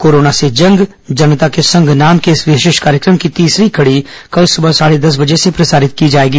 corona से जंग जनता के संग नाम के इस विशेष कार्यक्रम की तीसरी कड़ी कल सुबह साढ़े दस बजे से प्रसारित की जाएगी